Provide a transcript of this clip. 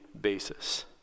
basis